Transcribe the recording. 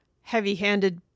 heavy-handed